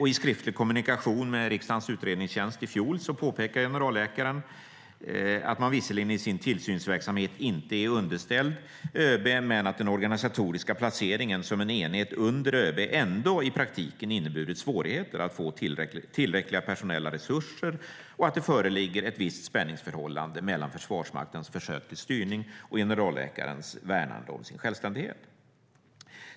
I skriftlig kommunikation med riksdagens utredningstjänst i fjol påpekar generalläkaren att man visserligen i sin tillsynsverksamhet inte är underställd ÖB men att den organisatoriska placeringen som en enhet under ÖB ändå i praktiken inneburit svårigheter att få tillräckliga personella resurser och att det föreligger ett visst spänningsförhållande mellan Försvarsmaktens försök till styrning och generalläkarens värnande om sin självständighet.